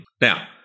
Now